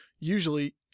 usually